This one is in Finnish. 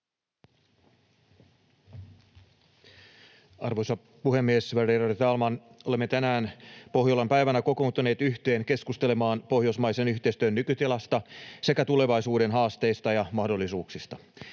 Arvoisa puhemies, värderade talman! Olemme tänään Pohjolan päivänä kokoontuneet yhteen keskustelemaan pohjoismaisen yhteistyön nykytilasta sekä tulevaisuuden haasteista ja mahdollisuuksista.